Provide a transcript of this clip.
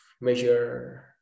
measure